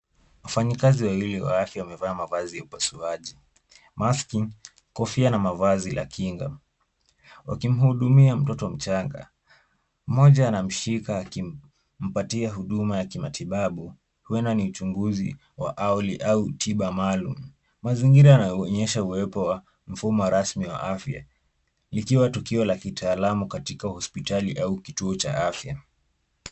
Wafanyikazi wawili wa afya wamevaa mavazi ya upasuaji, maski , kofia na mavazi la kinga. Wakimhudumia mtoto mchanga. Mmoja anamshika akimpatia huduma ya kimatibabu, huenda ni uchunguzi wa awali au tiba maalum. Mazingira yanaonyesha uwepo wa mfumo rasmi wa afya likiwa kituo la kitaalamu katika hospitali au kituo cha afya.